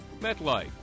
MetLife